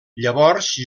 llavors